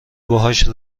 باهاش